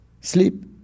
sleep